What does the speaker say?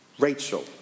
Rachel